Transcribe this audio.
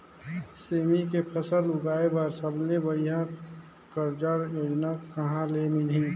सेमी के फसल उगाई बार सबले बढ़िया कर्जा योजना कहा ले मिलही?